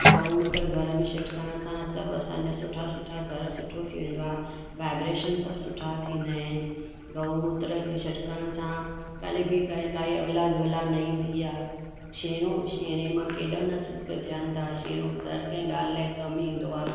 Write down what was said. गऊं मुत्र घर में शिटकण सां सभु असांजा सुठा सुठा घर सुठो थी वेंदो आहे वाएब्रेशन सब सुठा थींदा इन गऊं मुत्र खे शिटकण सां कल्ह बि काई काई अबिलाज विला न ईंदी आहे शेणू शेणे मां केॾे बि नस्ल थियनि था शेणे हर कै ॻाल्हि ए कम में ईंदो आहे